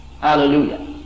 Hallelujah